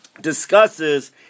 discusses